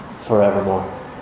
forevermore